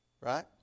right